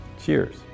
Cheers